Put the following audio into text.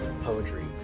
poetry